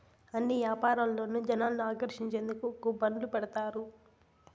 అన్ని యాపారాల్లోనూ జనాల్ని ఆకర్షించేందుకు కూపన్లు పెడతారు